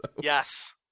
Yes